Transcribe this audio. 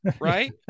right